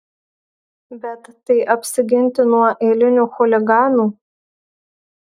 bet tai apsiginti nuo eilinių chuliganų